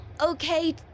okay